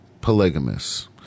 polygamous